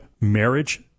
marriage